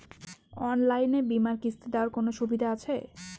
অনলাইনে বীমার কিস্তি দেওয়ার কোন সুবিধে আছে?